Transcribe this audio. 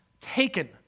taken